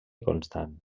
constant